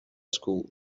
school